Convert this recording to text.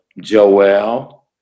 Joel